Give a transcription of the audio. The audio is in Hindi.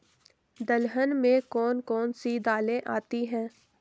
दलहन में कौन कौन सी दालें आती हैं?